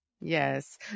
Yes